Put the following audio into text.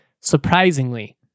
surprisingly